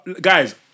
Guys